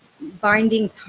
binding